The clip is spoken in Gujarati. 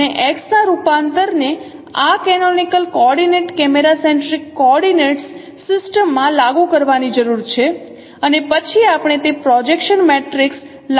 આપણે X ના રૂપાંતરને આ canonical coordinates camera centric coordinates સિસ્ટમમાં લાગુ કરવાની જરૂર છે અને પછી આપણે તે જ પ્રોજેક્શન મેટ્રિક્સ લાગુ કરી શકીએ